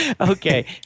Okay